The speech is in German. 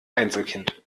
einzelkind